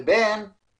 לבין